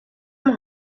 that